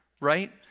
right